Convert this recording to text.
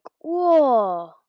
whoa